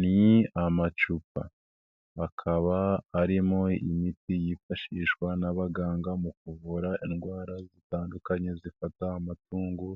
Ni amacupa, akaba arimo imiti yifashishwa n'abaganga mu kuvura indwara zitandukanye zifata amatungo,